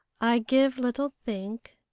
i give little think,